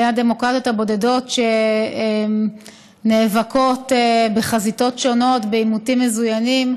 בין הדמוקרטיות הבודדות שנאבקות בחזיתות שונות בעימותים מזוינים.